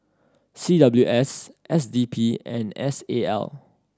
C W S S D P and S A L